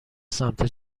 سمت